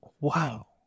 wow